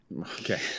Okay